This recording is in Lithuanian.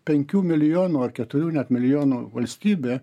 penkių milijonų ar keturių net milijonų valstybė